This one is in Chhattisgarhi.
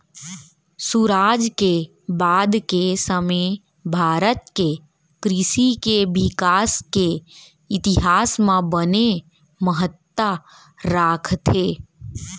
सुराज के बाद के समे भारत के कृसि के बिकास के इतिहास म बने महत्ता राखथे